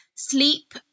sleep